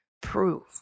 prove